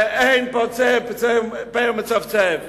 ואין פוצה פה ומצפצף.